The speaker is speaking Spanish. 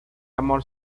amor